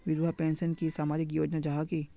विधवा पेंशन की सामाजिक योजना जाहा की?